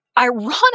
Ironic